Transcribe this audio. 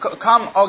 come